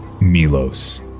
Milos